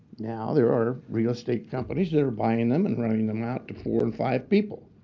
now there are real estate companies that are buying them and renting them out to four and five people.